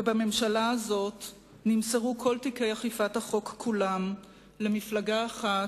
ובממשלה הזאת נמסרו כל תיקי אכיפת החוק כולם למפלגה אחת,